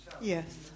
yes